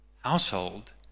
household